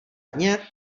dně